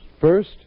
First